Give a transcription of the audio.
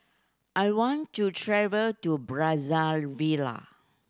I want to travel to Brazzaville